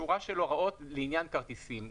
שורה של הוראות לעניין כרטיסים.